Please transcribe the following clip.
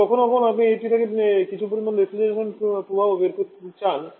এটি কখনও কখনও আপনি এটি থেকে আরও কিছু পরিমাণে রেফ্রিজারেশন প্রভাবও বের করতে চান